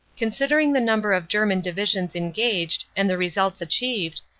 considering the number of german divisions engaged, and the results achieved,